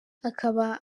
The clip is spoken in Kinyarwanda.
akaba